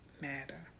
matter